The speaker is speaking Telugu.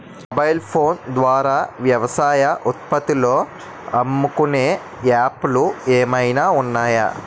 మొబైల్ ఫోన్ ద్వారా వ్యవసాయ ఉత్పత్తులు అమ్ముకునే యాప్ లు ఏమైనా ఉన్నాయా?